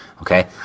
Okay